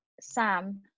Sam